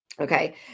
Okay